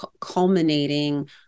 culminating